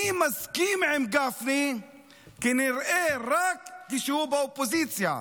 אני מסכים עם גפני כנראה רק כשהוא באופוזיציה,